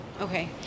Okay